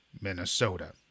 Minnesota